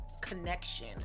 connection